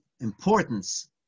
importance